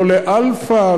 לא ל"אלפא",